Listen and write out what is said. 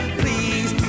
please